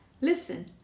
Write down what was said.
listen